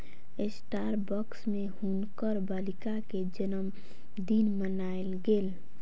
Starbucks में हुनकर बालिका के जनमदिन मनायल गेल